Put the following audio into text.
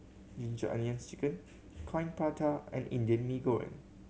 Ginger Onions Chicken Coin Prata and Indian Mee Goreng